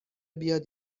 بیاد